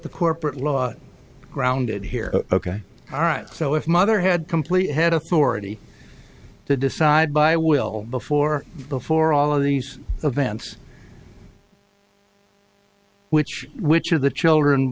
the corporate law grounded here ok all right so if mother had completely had authority to decide by will before before all of these events which which of the children